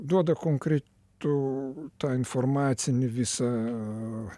duoda konkre tų tą informacinį visą